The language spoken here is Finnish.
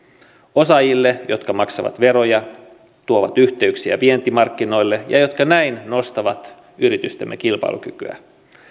osaajille jotka maksavat veroja tuovat yhteyksiä vientimarkkinoille ja jotka näin nostavat yritystemme kilpailukykyä